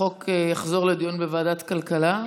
החוק יחזור לדיון בוועדת הכלכלה.